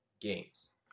games